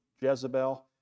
Jezebel